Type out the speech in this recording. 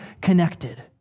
connected